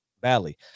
Valley